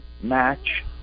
match